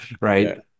Right